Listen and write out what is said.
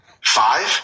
Five